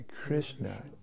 Krishna